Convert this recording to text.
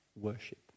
worship